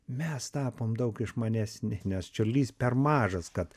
mes tapom daug išmanesni nes čiurlys per mažas kad